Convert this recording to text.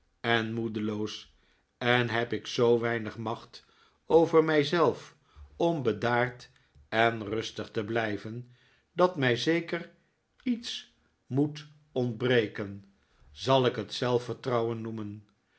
en moedeloos en heb ik zoo weinig macht over mij zelf om bedaard en rustig te blijven dat mij zeker iets moet ontbreken zal ik het zelfvertrouwen noemen